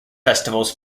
festivals